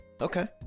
Okay